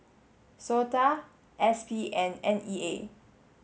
SOTA S P and N E A